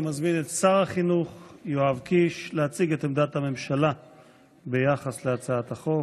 אני מזמין את שר החינוך יואב קיש להציג את עמדת הממשלה ביחס להצעת החוק.